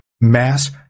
mass